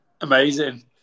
amazing